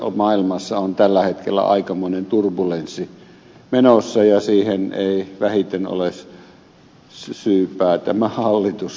nimittäin yliopistomaailmassa on tällä hetkellä aikamoinen turbulenssi menossa ja siihen ei vähiten ole syypää tämä hallitus